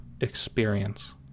experience